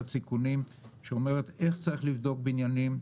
סיכונים שאומרת איך צריך לבדוק בניינים,